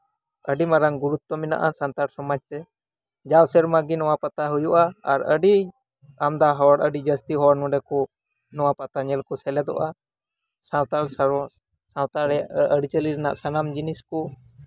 ᱟᱹᱰᱤ ᱢᱟᱨᱟᱝ ᱜᱩᱨᱩᱛᱛᱚ ᱢᱮᱱᱟᱜᱼᱟ ᱥᱟᱱᱛᱟᱞ ᱥᱚᱢᱟᱡ ᱨᱮ ᱡᱟᱶ ᱥᱮᱨᱢᱟ ᱜᱮ ᱱᱚᱣᱟ ᱯᱟᱛᱟ ᱦᱩᱭᱩᱜᱼᱟ ᱟᱨ ᱟᱹᱰᱤ ᱟᱢᱫᱟ ᱦᱚᱲ ᱟᱹᱰᱤ ᱡᱟᱹᱥᱛᱤ ᱦᱚᱲ ᱱᱚᱰᱮ ᱠᱚ ᱱᱚᱣᱟ ᱯᱟᱛᱟ ᱧᱮᱞ ᱠᱚ ᱥᱮᱞᱮᱫᱚᱜᱼᱟ ᱥᱟᱶᱛᱟᱞ ᱥᱟᱶᱛᱟᱨᱮ ᱟᱹᱨᱤᱪᱟᱹᱞᱤ ᱨᱮᱱᱟᱜ ᱥᱟᱱᱟᱢ ᱡᱤᱱᱤᱥ ᱠᱚ